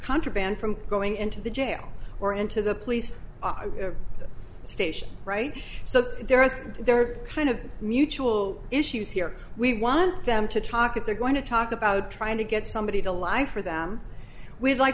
contraband from going into the jail or into the police station right so there are there are kind of mutual issues here we want them to talk if they're going to talk about trying to get somebody to lie for them we'd like